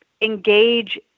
engage